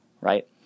right